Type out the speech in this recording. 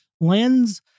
lens